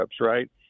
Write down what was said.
right